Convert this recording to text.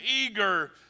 eager